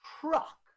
truck